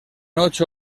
ocho